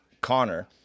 Connor